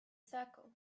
circle